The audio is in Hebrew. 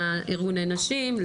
לארגוני הנשים,